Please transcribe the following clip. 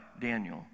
Daniel